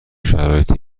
شرایط